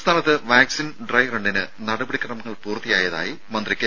സംസ്ഥാനത്ത് വാക്സിൻ ഡ്രൈറണ്ണിന് നടപടിക്രമങ്ങൾ പൂർത്തിയായതായി മന്ത്രി കെ